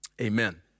Amen